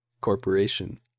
Corporation